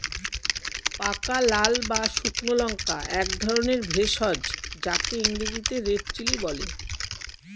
পাকা লাল বা শুকনো লঙ্কা একধরনের ভেষজ যাকে ইংরেজিতে রেড চিলি বলে